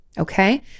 Okay